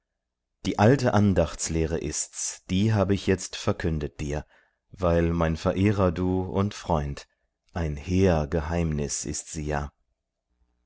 die alte andachts lehre ists die hab ich jetzt verkündet dir weil mein verehrer du und freund ein hehr geheimnis ist sie ja